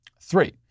Three